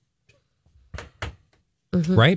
Right